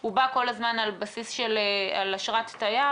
הוא בא כל הזמן על אשרת תייר.